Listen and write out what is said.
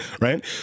right